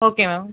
okay ma'am